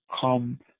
come